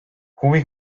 huvi